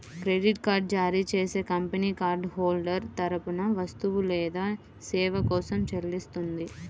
credit card జారీ చేసే company card holder తరపున వస్తువు లేదా సేవ కోసం చెల్లిస్తుంది